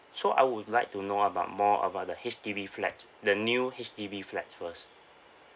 so I would like to know about more about the H_D_B flat the new H_D_B flat first